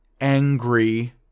angry